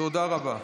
תודה רבה.